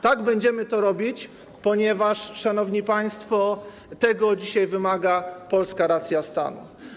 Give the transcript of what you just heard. Tak, będziemy to robić, ponieważ, szanowni państwo, tego dzisiaj wymaga polska racja stanu.